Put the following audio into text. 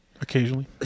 occasionally